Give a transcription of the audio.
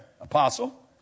Apostle